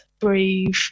breathe